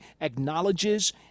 acknowledges